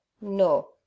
No